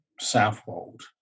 Southwold